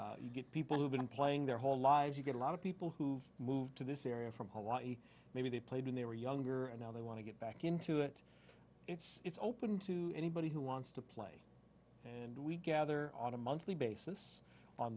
louder you get people who've been playing their whole lives you get a lot of people who've moved to this area from hawaii maybe they played when they were younger and now they want to get back into it it's open to anybody who wants to play and we gather on a monthly basis on